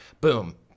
boom